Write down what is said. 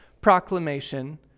proclamation